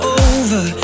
over